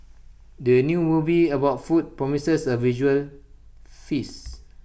the new movie about food promises A visual feast